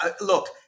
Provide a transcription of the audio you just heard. Look